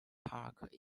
park